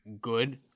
good